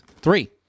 three